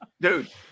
Dude